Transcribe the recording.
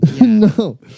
No